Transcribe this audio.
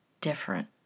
different